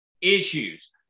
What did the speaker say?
issues